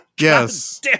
Yes